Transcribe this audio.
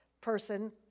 person